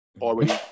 Already